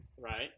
right